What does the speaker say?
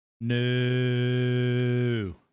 No